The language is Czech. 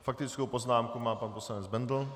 Faktickou poznámku má pan poslanec Bendl.